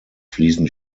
fließend